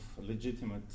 legitimate